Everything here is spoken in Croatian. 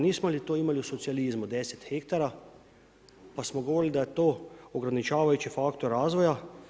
Nismo li to imali u socijalizmu 10 hektara pa smo govorili da je to ograničavajući faktor razvoja.